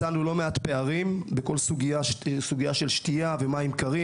מצאנו לא מעט פערים בכל הסוגיה של שתייה ומים קרים,